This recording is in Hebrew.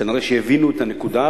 כנראה הבינו את הנקודה.